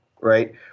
right